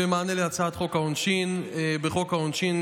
מענה להצעת חוק העונשין: "בחוק העונשין,